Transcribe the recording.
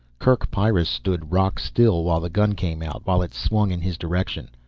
kerk pyrrus stood rock still while the gun came out, while it swung in his direction.